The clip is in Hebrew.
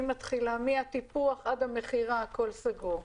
היא מתחילה מהטיפוח עד המכירה, הכול סגור.